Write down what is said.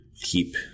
keep